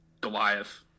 Goliath